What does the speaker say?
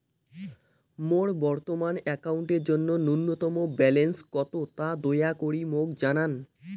মোর বর্তমান অ্যাকাউন্টের জন্য ন্যূনতম ব্যালেন্স কত তা দয়া করি মোক জানান